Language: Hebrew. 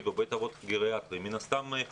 ואז אין משמעות להחלטה שסוגרים את מערכת החינוך אם אנחנו